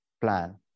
plan